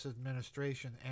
administration